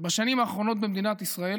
בשנים האחרונות במדינת ישראל